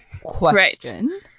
question